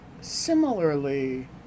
similarly